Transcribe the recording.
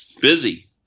busy